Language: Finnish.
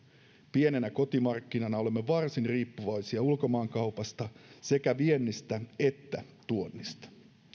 pienenä kotimarkkinana olemme varsin riippuvaisia ulkomaankaupasta sekä viennistä että tuonnista